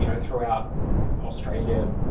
you know throughout australia,